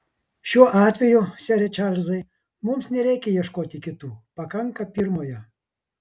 šiuo atveju sere čarlzai mums nereikia ieškoti kitų pakanka pirmojo